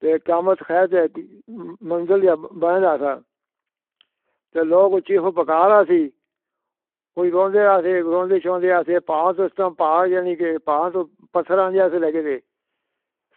تو قیامت کھا دے م-منزل جا ب-بن جاتا ہے۔ تو لوگ چیخ اُٹھا کے بکارہ سی۔ کوئی روں دے آہ تھے، روں دے چھوں دے آہ تھے، پاہ تو اس وقت پہاڑ جنی کے— پاہ تو پتھر آنی جیسے لگے تھے۔